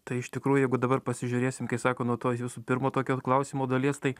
tai iš tikrųjų jeigu dabar pasižiūrėsim kai sako nuo to jūsų pirmo tokio klausimo dalies tai